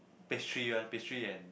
pastry one pastry and